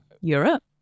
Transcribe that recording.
Europe